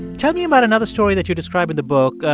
tell me about another story that you describe in the book.